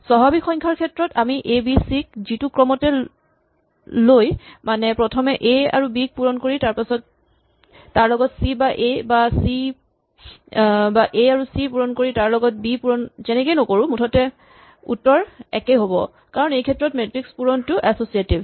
স্বাভাৱিক সংখ্যাৰ ক্ষেত্ৰত আমি এ বি চি ক যিটো ক্ৰমতে লৈ মানে প্ৰথমে এ আৰু বি ক পূৰণ কৰি তাৰ লগত চি বা এ আৰু চি পূৰণ কৰি তাৰ লগত বি পূৰণ যেনেকেই নকৰো মুঠতে উত্তৰ একেই হ'ব কাৰণ এইক্ষেত্ৰত মেট্ৰিক্স ৰ পূৰণটো এছচিয়েটিভ